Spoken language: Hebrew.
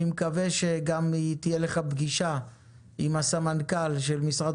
אני מקווה שגם תהיה לך פגישה עם סמנכ"ל משרד